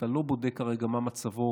אתה לא בודק כרגע מה מצבו,